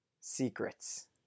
secrets